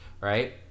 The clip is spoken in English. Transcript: right